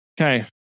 Okay